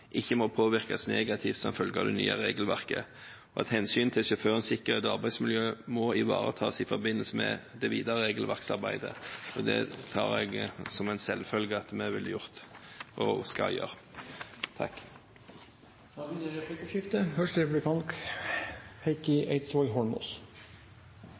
ikke må påvirkes negativt som følge av det nye regelverket, at hensynet til sjåførenes sikkerhet og arbeidsmiljø må ivaretas i forbindelse med det videre regelverksarbeidet, og det tar jeg som en selvfølge at vi vil og skal gjøre. Det blir replikkordskifte. Jeg har bare noen korte oppfølgingsspørsmål som jeg tenkte det